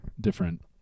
different